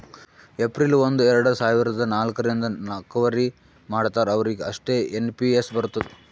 April ಒಂದು ಎರಡ ಸಾವಿರದ ನಾಲ್ಕ ರಿಂದ್ ನವ್ಕರಿ ಮಾಡ್ತಾರ ಅವ್ರಿಗ್ ಅಷ್ಟೇ ಎನ್ ಪಿ ಎಸ್ ಬರ್ತುದ್